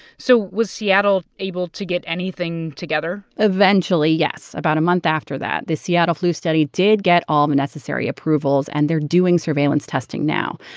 so was seattle able to get anything together? eventually, yes. about a month after that, the seattle flu study did get all the necessary approvals, and they're doing surveillance testing now.